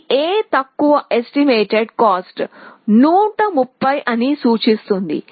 ఇది A తక్కువ estimated cost 130 అని సూచిస్తుంది